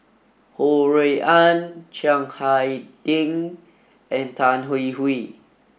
Ho Rui An Chiang Hai Ding and Tan Hwee Hwee